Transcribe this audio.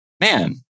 man